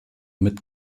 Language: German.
mit